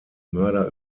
mörder